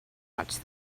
watch